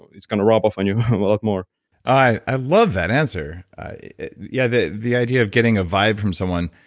it's going to rub off on you um a lot more i i love that answer yeah the the idea of getting a vibe from someone.